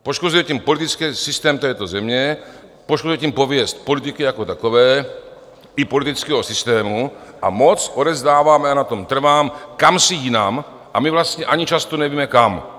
Poškozuje se tím politický systém této země, poškozuje se tím pověst politiky jako takové i politického systému a moc odevzdáváme, a na tom trvám, kamsi jinam, a my vlastně ani často nevíme, kam.